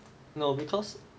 no because err